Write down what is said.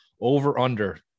Over-under